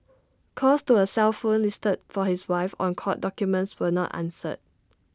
calls to A cell phone listed for his wife on court documents were not answered